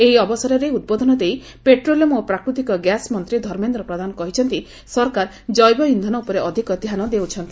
ଏହି ଅବସରରେ ଉଦ୍ବୋଧନ ଦେଇ ପେଟ୍ରୋଲିୟମ୍ ଓ ପ୍ରାକୃତିକ ଗ୍ୟାସ୍ ମନ୍ତ୍ରୀ ଧର୍ମେନ୍ଦ୍ର ପ୍ରଧାନ କହିଛନ୍ତି ସରକାର ଜୈବ ଇନ୍ଧନ ଉପରେ ଅଧିକ ଧ୍ୟାନ ଦେଉଛନ୍ତି